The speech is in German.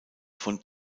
von